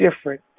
different